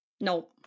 No